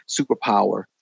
superpower